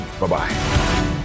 Bye-bye